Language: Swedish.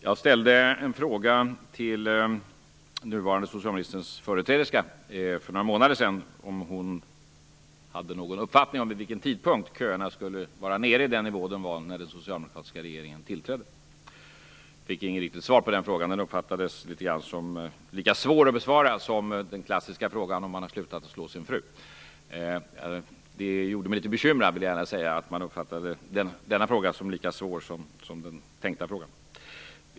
Jag ställde en fråga till nuvarande socialministerns företräderska för några månader sedan om huruvida hon hade någon uppfattning om vid vilken tidpunkt köerna skulle vara nere i den nivå de var när den socialdemokratiska regeringen tillträdde. Jag fick inget riktigt svar på den frågan. Den uppfattades som lika svår att besvara som den klassiska frågan om man har slutat att slå sin fru. Det gjorde mig litet bekymrad att denna fråga uppfattades som lika svår som den tänkta frågan.